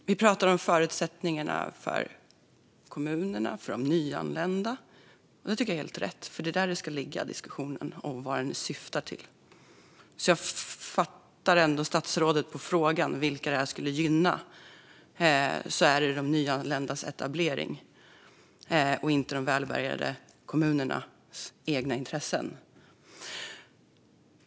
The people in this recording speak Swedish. Herr talman! Vi pratar om förutsättningarna för kommunerna och för de nyanlända. Det tycker jag är helt rätt, för det är där diskussionen ska ligga om vad detta syftar till. Jag fattar ändå statsrådets svar på frågan om vilka detta skulle gynna som att det är de nyanländas etablering och inte de välbärgade kommunernas egna intressen.